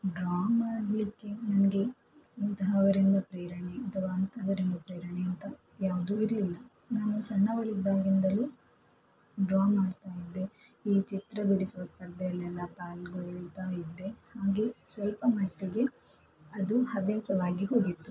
draw ಮಾಡಲಿಕ್ಕೆ ನನಗೆ ಇಂತಹ ಅವರಿಂದ ಪ್ರೇರಣೆ ಅಥವಾ ಅಂತಹವರಿಂದ ಪ್ರೇರಣೆ ಅಂತ ಯಾವುದೂ ಇರಲಿಲ್ಲ ನಾನು ಸಣ್ಣವಳಿದ್ದಾಗಿಂದಲೂ ಡ್ರಾ ಮಾಡ್ತಾ ಇದ್ದೆ ಈ ಚಿತ್ರ ಬಿಡಿಸುವ ಸ್ಪರ್ಧೆಯಲ್ಲೆಲ್ಲ ಪಾಲ್ಗೊಳ್ತಾ ಇದ್ದೆ ಹಾಗೆ ಸ್ವಲ್ಪ ಮಟ್ಟಿಗೆ ಅದು ಹವ್ಯಾಸವಾಗಿ ಹೋಗಿತ್ತು